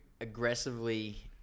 aggressively